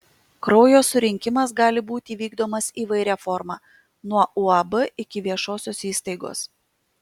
kraujo surinkimas gali būti vykdomas įvairia forma nuo uab iki viešosios įstaigos